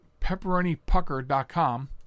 pepperonipucker.com